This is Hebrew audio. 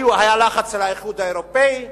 היה לחץ של האיחוד האירופי.